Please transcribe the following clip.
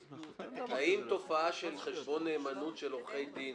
האם תופעה של חשבון נאמנות של עורכי דין